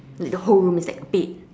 like the whole room is like bed